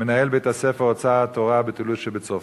מנהל בית-הספר "אוצר התורה" בטולוז שבצרפת.